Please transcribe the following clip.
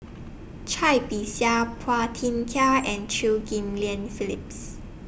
Cai Bixia Phua Thin Kiay and Chew Ghim Lian Phillips